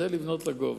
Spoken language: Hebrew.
זה לבנות לגובה,